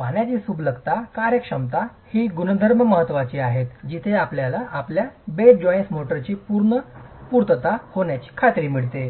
पाण्याची सुलभता कार्यक्षमता ही गुणधर्म महत्त्वाची आहेत जिथे आपल्याला आपल्या बेड जॉइंट मोर्टारची योग्य पूर्तता होण्याची खात्री मिळते